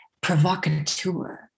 provocateur